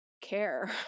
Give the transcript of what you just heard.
care